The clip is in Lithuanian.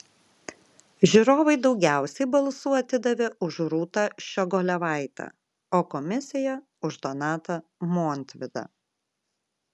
žiūrovai daugiausiai balsų atidavė už rūtą ščiogolevaitę o komisija už donatą montvydą